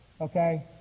Okay